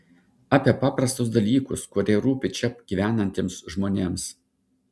apie paprastus dalykus kurie rūpi čia gyvenantiems žmonėms